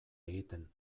egiten